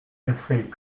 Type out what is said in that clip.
essaie